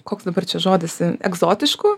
koks dabar čia žodis egzotiškų